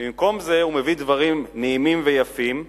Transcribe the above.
ובמקום זה הוא מביא דברים נעימים ויפים וחשובים,